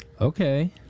Okay